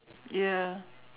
ya